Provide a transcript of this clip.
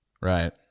Right